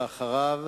ואחריו,